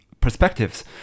perspectives